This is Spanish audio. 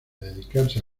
dedicarse